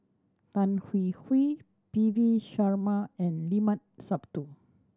Tan Hwee Hwee P V Sharma and Limat Sabtu